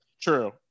True